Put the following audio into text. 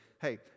hey